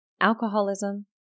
alcoholism